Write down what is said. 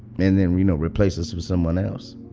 and then, you know, replace us with someone else